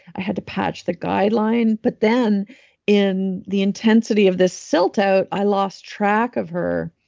i had to patch the guide line. but then in the intensity of this silt out, i lost track of her,